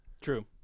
True